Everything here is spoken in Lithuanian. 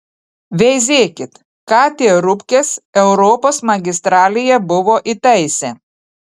veizėkit ką tie rupkės europos magistralėje buvo įtaisę